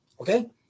Okay